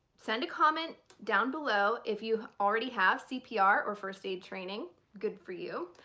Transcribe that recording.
send a comment down below if you already have cpr or first aid training good for you!